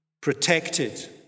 protected